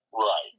Right